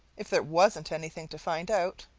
if there wasn't anything to find out,